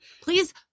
Please